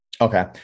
Okay